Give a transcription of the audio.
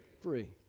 free